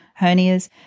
Hernias